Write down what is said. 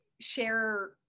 share